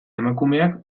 emakumeak